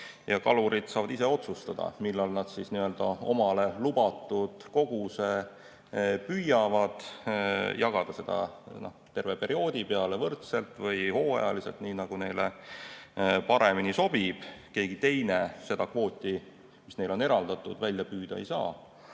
kalurid saavad ise otsustada, millal nad omale lubatud koguse püüavad, kas jagada selle terve perioodi peale võrdselt või hooajaliselt, nii nagu neile paremini sobib. Keegi teine seda kvooti, mis neile on eraldatud, välja püüda ei saa.